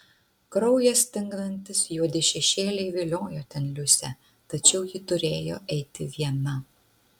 kraują stingdantys juodi šešėliai viliojo ten liusę tačiau ji turėjo eiti viena